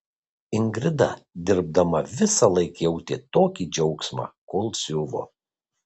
ingrida dirbdama visąlaik jautė tokį džiaugsmą kol siuvo